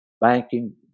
banking